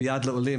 ביד לעולים,